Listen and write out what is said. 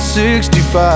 65